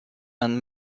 and